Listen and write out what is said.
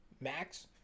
max